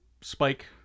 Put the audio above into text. spike